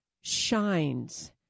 shines